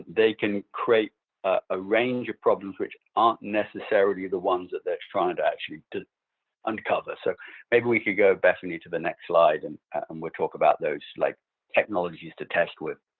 they can create a range of problems which aren't necessarily the ones that they're trying to actually uncover. so maybe we could go, bethany, to the next slide, and um we'll talk about those like technologies to test with.